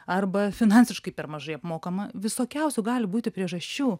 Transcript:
arba finansiškai per mažai apmokama visokiausių gali būti priežasčių